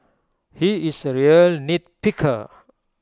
he is A real nitpicker